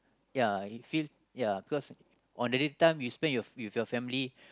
ya it feel ya cause on the day time you spend with your family